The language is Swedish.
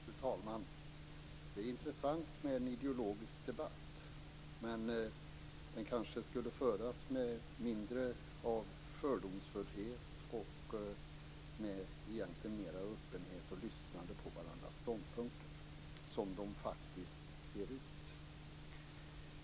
Fru talman! Det är intressant med en ideologisk debatt. Men den kanske skulle föras med mindre av fördomsfullhet och med mer öppenhet och lyssnande på varandras ståndpunkter, som de faktiskt ser ut.